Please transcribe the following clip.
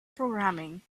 programming